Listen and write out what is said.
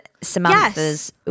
Samantha's